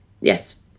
Yes